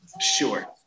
Sure